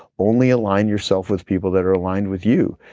only align yourself with people that are aligned with you.